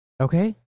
Okay